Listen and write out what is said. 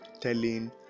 telling